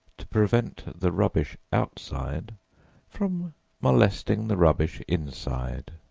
to prevent the rubbish outside from molesting the rubbish inside.